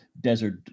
desert